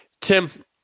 Tim